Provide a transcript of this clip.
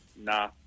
Nah